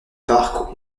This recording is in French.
parc